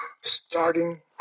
starting